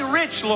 rich